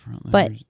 but-